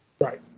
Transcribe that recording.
Right